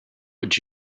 would